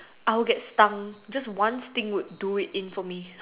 I will get stung and just one sting will do it in for me